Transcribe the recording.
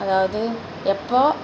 அதாவது எப்போது